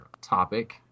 topic